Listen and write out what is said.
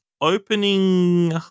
opening